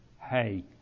hey